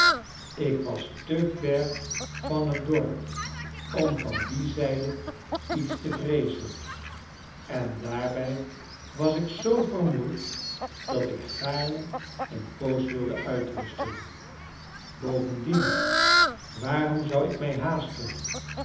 ik was te ver van het dorp om van die zijde iets te vreezen en daarbij was ik zoo vermoeid dat ik gaarne een poos wilde uitrusten bovendien waarom zou ik mij haasten